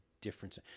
difference